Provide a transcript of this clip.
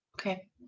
Okay